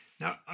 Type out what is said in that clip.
Now